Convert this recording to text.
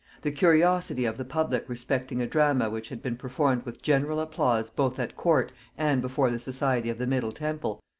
the curiosity of the public respecting a drama which had been performed with general applause both at court and before the society of the middle temple,